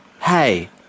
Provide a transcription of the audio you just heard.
Hey